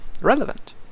relevant